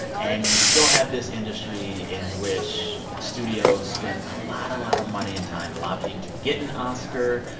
and you still have this industry in which studios spend a lot, a lot of money and time lobbying to get an oscar.